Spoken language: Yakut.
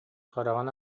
хараҕын